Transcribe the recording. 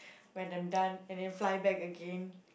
when I'm done and then fly back again